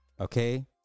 Okay